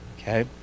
Okay